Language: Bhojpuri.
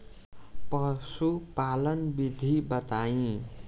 पशुपालन विधि बताई?